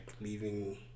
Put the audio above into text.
leaving